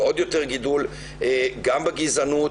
ועוד יותר גידול גם בגזענות,